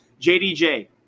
JDJ